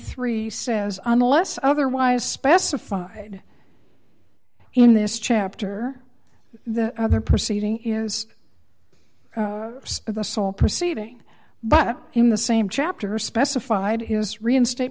three says unless otherwise specified in this chapter the other proceeding is the sole perceiving but in the same chapter specified his reinstate